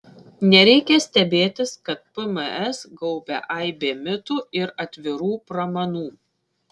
nereikia stebėtis kad pms gaubia aibė mitų ir atvirų pramanų